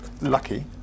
lucky